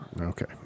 Okay